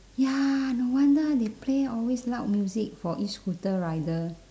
ya no wonder they play always loud music for e-scooter rider